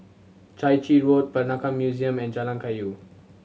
Chai Chee Road Peranakan Museum and Jalan Kayu